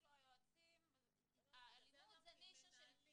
כאילו האלימות זה נישה של --- בגלל זה אמרתי,